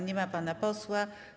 Nie ma pana posła.